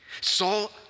Saul